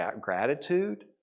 gratitude